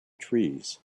trees